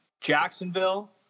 jacksonville